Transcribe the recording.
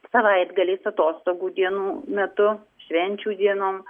savaitgaliais atostogų dienų metu švenčių dienom